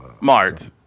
Mart